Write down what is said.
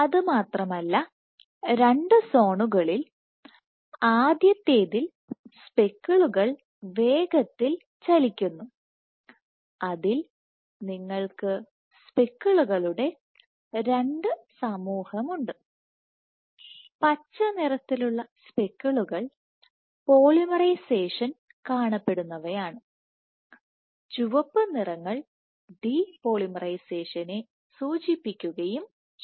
അതുമാത്രമല്ല രണ്ട് സോണുകളിൽ ആദ്യത്തേതിൽ സ്പെക്കിളുകൾ വേഗത്തിൽ ചലിക്കുന്നു അതിൽ നിങ്ങൾക്ക് സ്പെക്കിളുകളുടെ രണ്ടു സമൂഹമുണ്ട് പച്ച നിറത്തിലുള്ള സ്പെക്കിളുകൾ പോളിമറൈസേഷൻ കാണപ്പെടുന്നവയാണ് ചുവപ്പ് നിറങ്ങൾ ഡി പോളിമറൈസേഷനെ സൂചിപ്പിക്കുകയും ചെയ്യുന്നു